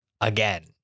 again